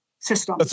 system